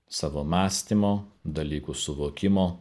savo mąstymo dalykų suvokimo